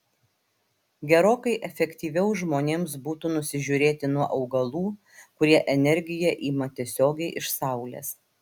gerokai efektyviau žmonėms būtų nusižiūrėti nuo augalų kurie energiją ima tiesiogiai iš saulės